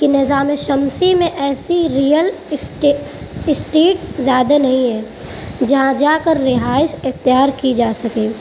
کہ نظام شمسی میں ایسی ریئل اسٹکس اسٹیک زیادہ نہیں ہے جہاں جا کر رہائش اختیار کی جا سکے